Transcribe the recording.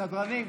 סדרנים,